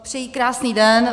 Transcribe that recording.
Přeji krásný den.